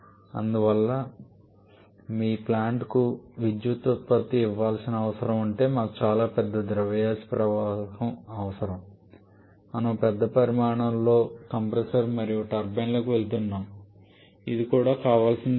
అందువల్ల మీ ప్లాంట్కు విద్యుత్ ఉత్పత్తి ఇవ్వాల్సిన అవసరం ఉంటే మాకు చాలా పెద్ద ద్రవ్యరాశి ప్రవాహం అవసరం మనము పెద్ద పరిమాణంలో కంప్రెసర్ మరియు టర్బైన్లకు వెళ్తున్నాము ఇది కూడా కావాల్సినది కాదు